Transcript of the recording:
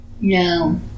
No